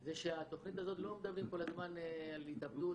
זה שבתוכנית הזאת לא מדברים כל הזמן על התאבדות,